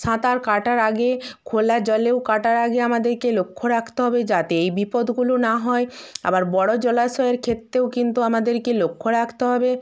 সাঁতার কাটার আগে খোলা জলেও কাটার আগে আমাদেরকে লক্ষ রাখতে হবে যাতে এই বিপদগুলো না হয় আবার বড় জলাশয়ের ক্ষেত্রেও কিন্তু আমাদেরকে লক্ষ রাখতে হবে